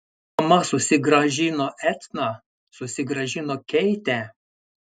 mama susigrąžino etną susigrąžino keitę